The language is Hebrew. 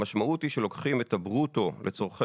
המשמעות היא שלוקחים את הברוטו לצורכי